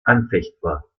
anfechtbar